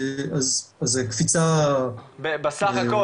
אז זו קפיצה אקספוננציאלית.